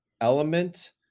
element